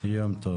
הישיבה ננעלה